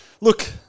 look